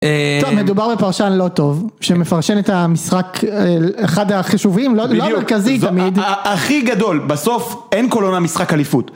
טוב, מדובר בפרשן לא טוב, שמפרשן את המשחק אחד החשובים, לא המרכזי תמיד. הכי גדול, בסוף אין כל עונה משחק אליפות.